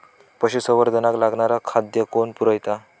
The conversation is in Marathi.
पशुसंवर्धनाक लागणारा खादय कोण पुरयता?